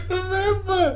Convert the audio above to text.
remember